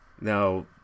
Now